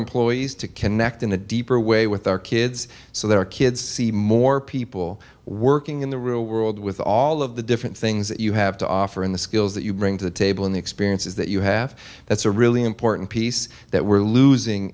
employees to connect in a deeper way with their kids so their kids see more people working in the real world with all of the different things that you have to offer in the skills that you bring to the table in the experiences that you have that's a really important piece that we're losing